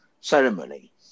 ceremony